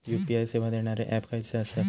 UPI सेवा देणारे app खयचे आसत?